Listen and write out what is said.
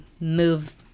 move